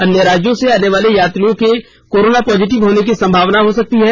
अन्य राज्यों से आने वाले यात्रियों के कोरोना पॉजिटिव होने की संभावना हो सकती है